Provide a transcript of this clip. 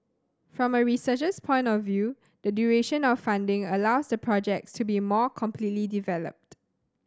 from a researcher's point of view the duration of funding allows the projects to be more completely developed